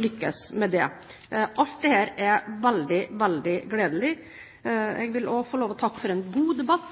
lyktes med det. Alt dette er veldig, veldig gledelig. Jeg vil også få lov å takke for en god debatt,